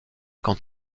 quant